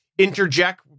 interject